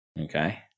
okay